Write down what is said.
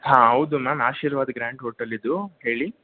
ಹಾಂ ಹೌದು ma'am Ashirwad grand hotel ಇದು ಹೇಳಿ